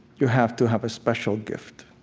you have to have a special gift,